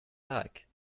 like